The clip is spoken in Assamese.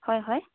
হয় হয়